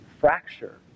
fracture